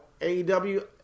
AEW